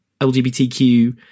LGBTQ